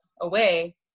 away